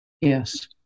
Yes